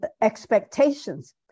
expectations